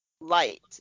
light